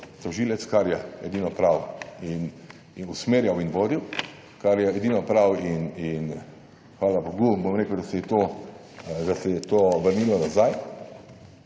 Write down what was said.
tožilec, kar je edino prav, in usmerjal in vodil, kar je edino prav in hvala bogu, da se je to vrnilo nazaj.